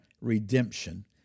redemption